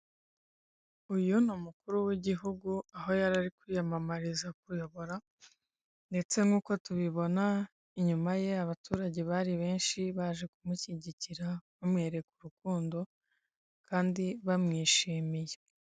Uyu ni umukuru w'igihugu aho yarari kwiyamamariza kuyobora, ndetse nk'uko tubibona inyuma ye abaturage bari benshi baje kumushyigikira, bamwereka urukundo, kandi bamwishimiye.